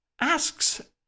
asks